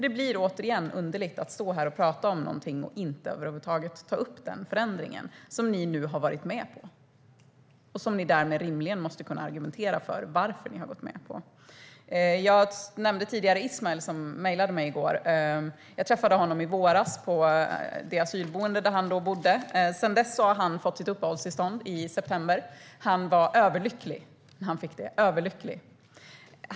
Det blir återigen underligt att stå här och inte ta upp den förändringen, som ni nu har varit med på. Ni måste därmed rimligen kunna argumentera för varför ni har gått med på den. Tidigare nämnde jag Ismael som mejlade till mig i går. Jag träffade honom i våras på det asylboende där han bodde då. Sedan dess har han fått sitt uppehållstillstånd. Han fick det i september, och han var överlycklig över det.